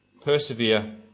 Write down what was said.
Persevere